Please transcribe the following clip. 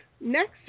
next